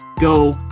go